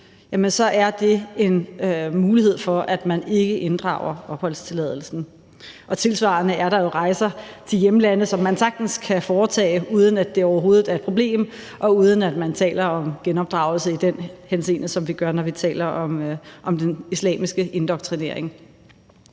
er der en mulighed for, at man ikke inddrager opholdstilladelsen. Tilsvarende er der jo rejser til hjemlande, som man sagtens kan foretage, uden at det overhovedet er et problem, og uden at man taler om genopdragelse i den forstand, som vi gør, når vi taler om den islamiske indoktrinering.